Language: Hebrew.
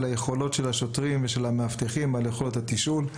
היכולות של השוטרים והמאבטחים על יכולת התשאול.